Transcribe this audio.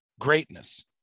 greatness